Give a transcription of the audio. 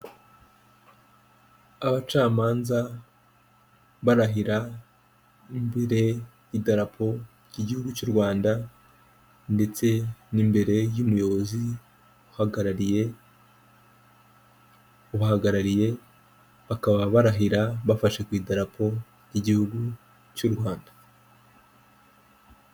Abacamanza barahira imbere y'idarapo igihugu cy'u Rwanda, ndetse n'imbere y'umuyobozi ubahagarariye, bakaba barahira bafashe ku idaraporo ry'igihugu cy'u Rwanda.